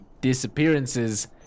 disappearances